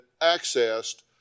accessed